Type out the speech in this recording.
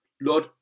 Lord